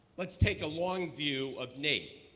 let's take a long view of naep.